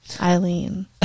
Eileen